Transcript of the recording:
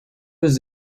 was